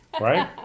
right